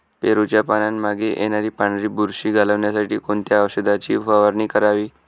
पेरूच्या पानांमागे येणारी पांढरी बुरशी घालवण्यासाठी कोणत्या औषधाची फवारणी करावी?